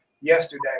yesterday